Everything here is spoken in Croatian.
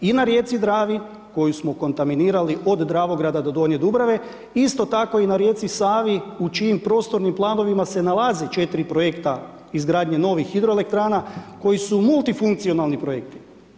I na rijeci Dravi koju smo kontaminirali od Dravo grada do Donje Dubrave isto tako i na rijeci Savi, u čijim prostornim planovima se nalazi 4 projekta izgradnje novih hidroelektrana, koji su multifunkcionalni projekti.